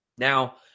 Now